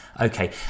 okay